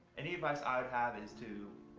any advice i have is to